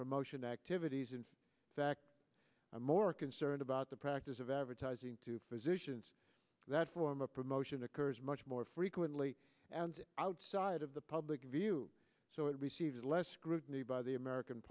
promotion activities in fact i'm more concerned about the practice of advertising to physicians that form a promotion occurs much more frequently and outside of the public view so it receives less scrutiny by the american